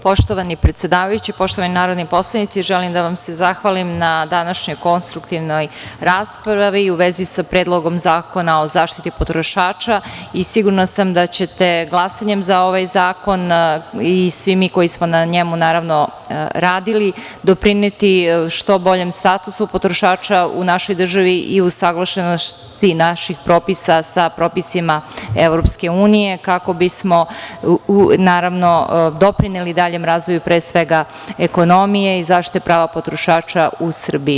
Poštovani predsedavajući, poštovani narodni poslanici, želim da vam se zahvalim na današnjoj konstruktivnoj raspravi u vezi sa Predlogom zakona o zaštiti potrošača i sigurna sam da ćete glasanjem za ovaj zakon i svi mi koji smo na njemu radili doprineti što boljem statusu potrošača u našoj državi i usaglašenosti naših propisa sa propisima EU kako bi smo, naravno, doprineli daljem razvoju pre svega ekonomije i zaštite prava potrošača u Srbiji.